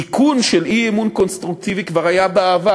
תיקון של אי-אמון קונסטרוקטיבי כבר היה בעבר.